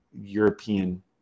European